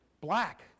Black